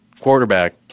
quarterback